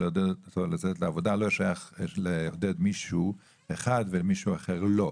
ולעודד אותו לצאת לעבודה לא שייך לעודד מישהו אחד ומישהו אחר לא,